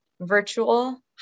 virtual